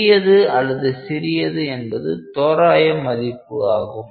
பெரியது அல்லது சிறியது என்பது தோராய மதிப்பு ஆகும்